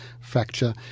fracture